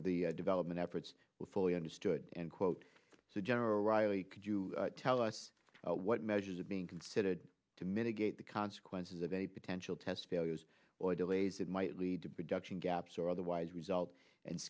of the development efforts were fully understood and quote so general reilly could you tell us what measures are being considered to mitigate the consequences of a potential test failures or delays that might lead to production gaps or otherwise result and